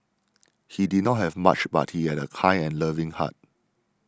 he did not have much but he had a kind and loving heart